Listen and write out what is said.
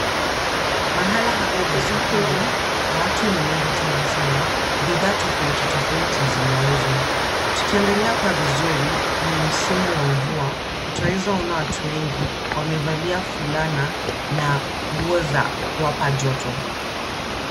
Mahala hapa ni sokoni na watu ni wengi tena sana. Bidhaa tofauti tofauti zinauzwa. Tukiangalia hapa vizuri ni msimu wa mvua na twaweza ona watu wengi wamevalia fulana na nguo za kuwapa joto.